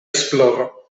esploro